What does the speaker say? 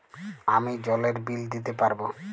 আমি জলের বিল দিতে পারবো?